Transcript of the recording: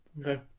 Okay